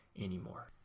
anymore